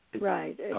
right